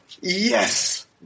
Yes